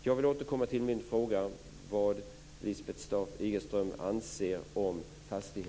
Jag vill återkomma till min fråga, vad Lisbeth